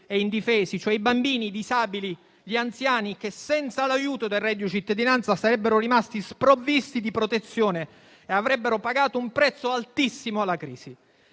e indifesi, i bambini, i disabili, gli anziani, che senza l'aiuto del reddito di cittadinanza sarebbero rimasti sprovvisti di protezione e avrebbero pagato un prezzo altissimo alla crisi.